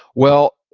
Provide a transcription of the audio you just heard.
well,